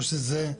או שזה חישוב אחר?